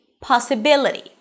possibility